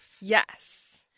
Yes